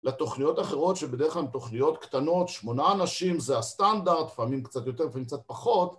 לתוכניות אחרות, שבדרך כלל הן תוכניות קטנות, שמונה אנשים זה הסטנדרט, פעמים קצת יותר, פעמים קצת פחות.